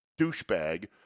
douchebag